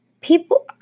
people